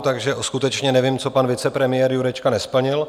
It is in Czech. Takže skutečně nevím, co pan vicepremiér Jurečka nesplnil.